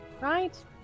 right